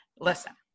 listen